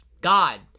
God